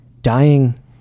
Dying